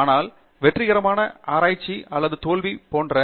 ஆனால் வெற்றிகரமாக ஆராய்ச்சி அல்லது தோல்வி போன்ற